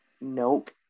nope